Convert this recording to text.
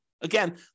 Again